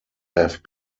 have